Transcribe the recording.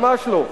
ממש לא.